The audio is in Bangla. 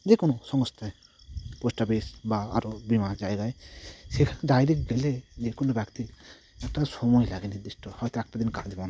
যে কোনো সংস্থায় পোস্ট অফিস বা আরও বিমা জায়গায় সেখানে ডাইরেক্ট গেলে যে কোনো ব্যক্তি একটা সময় লাগে নির্দিষ্ট হয়তো একটা দিন কাজ বন্ধ